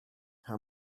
her